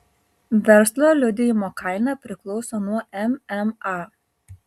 verslo liudijimo kaina priklauso nuo mma